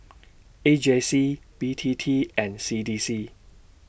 A J C B T T and C D C